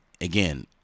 again